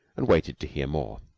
and waited to hear more.